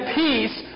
peace